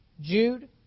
Jude